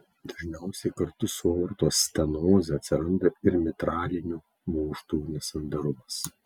dažniausiai kartu su aortos stenoze atsiranda ir mitralinių vožtuvų nesandarumas